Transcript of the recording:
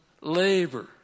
labor